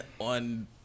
on